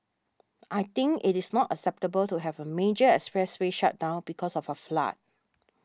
I think it is not acceptable to have a major expressway shut down because of a flood